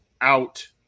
out